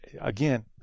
again